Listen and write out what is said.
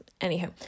Anyhow